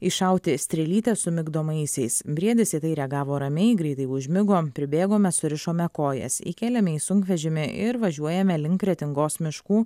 iššauti strėlytę su migdomaisiais briedis į tai reagavo ramiai greitai užmigo pribėgome surišome kojas įkėlėme į sunkvežimį ir važiuojame link kretingos miškų